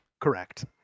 Correct